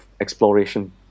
exploration